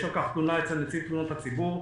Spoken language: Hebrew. יש על כך תלונה אצל נציג תלונות הציבור,